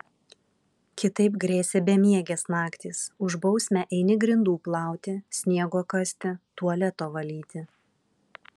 kitaip grėsė bemiegės naktys už bausmę eini grindų plauti sniego kasti tualeto valyti